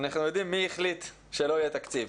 אנחנו יודעים מי החליט שלא יהיה תקציב.